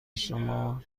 شما